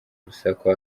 urusaku